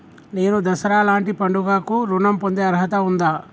నేను దసరా లాంటి పండుగ కు ఋణం పొందే అర్హత ఉందా?